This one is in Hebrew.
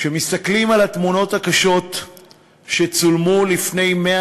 כשמסתכלים על התמונות הקשות שצולמו לפני 100